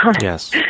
Yes